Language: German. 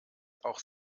auch